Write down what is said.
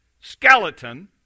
skeleton